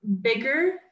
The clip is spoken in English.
bigger